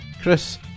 Chris